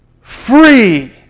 free